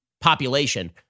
population